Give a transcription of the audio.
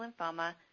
lymphoma